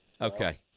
Okay